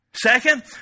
Second